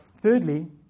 Thirdly